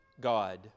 God